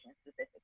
specifically